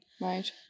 Right